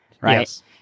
right